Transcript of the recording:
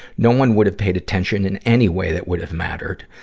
no one would have paid attention in any way that would have mattered,